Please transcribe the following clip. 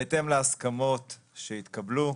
בהתאם להסכמות שהתקבלו.